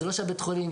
זה לא שבית החולים